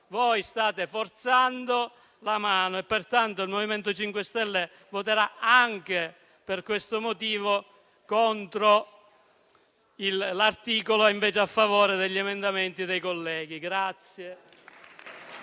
Voi state forzando la mano e pertanto il MoVimento 5 Stelle voterà, anche per questo motivo, contro l'articolo e voterà invece a favore degli emendamenti dei colleghi.